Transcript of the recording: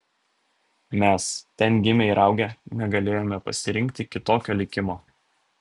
mes ten gimę ir augę negalėjome pasirinkti kitokio likimo